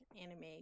anime